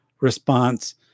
response